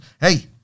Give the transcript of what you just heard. Hey